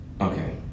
okay